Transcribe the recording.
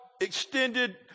extended